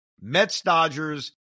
Mets-Dodgers